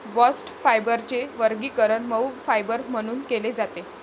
bast फायबरचे वर्गीकरण मऊ फायबर म्हणून केले जाते